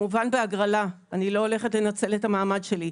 כמובן בהגרלה, אני לא הולכת לנצל את המעמד שלי.